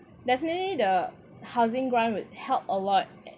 definitely the housing grant would help a lot